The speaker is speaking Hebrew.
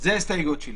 זו ההסתייגות שלי.